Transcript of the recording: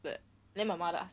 then my mother ask